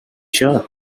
sure